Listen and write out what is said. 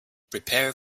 prepare